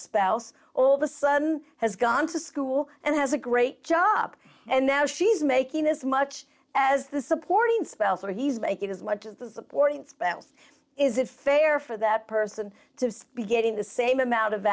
spouse or the son has gone to school and has a great job and now she's making as much as the supporting spell so he's making as much as the supporting spouse is it fair for that person to be getting the same amount of